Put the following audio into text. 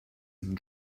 and